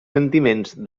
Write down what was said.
sentiments